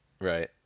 Right